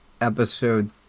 episode